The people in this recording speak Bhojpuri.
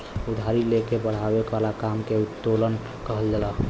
उधारी ले के बड़ावे वाला काम के उत्तोलन कहल जाला